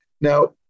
Now